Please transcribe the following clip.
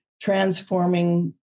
transforming